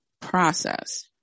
process